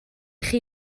chi